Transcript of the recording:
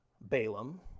Balaam